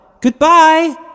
goodbye